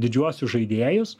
didžiuosius žaidėjus